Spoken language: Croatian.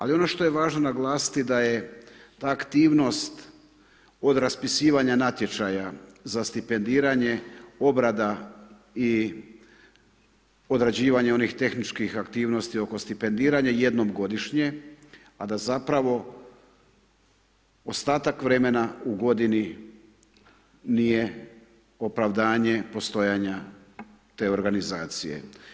Ali ono što je važno naglasiti da je ta aktivnost od raspisivanja natječaja za stipendiranje obrada i odrađivanje onih tehničkih aktivnosti oko stipendiranja jednom godišnje a da zapravo ostatak vremena u godini nije opravdanje postojanja te organizacije.